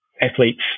athletes